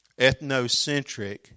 Ethnocentric